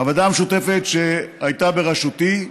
הוועדה המשותפת שהייתה בראשותי,